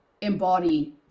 embody